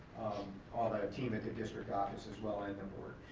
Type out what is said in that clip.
all the team at the district office as well and the board.